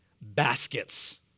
baskets